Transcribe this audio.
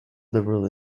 liberal